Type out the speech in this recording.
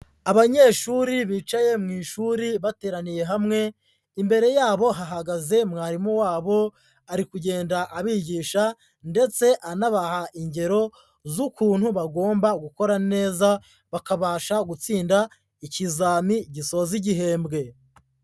Abanyeshuri bicaye mu ishuri bateraniye hamwe, imbere yabo hahagaze mwarimu wabo, ari kugenda abigisha ndetse anabaha ingero z'ukuntu bagomba gukora neza, bakabasha gutsinda ikizami gisoza igihembwe.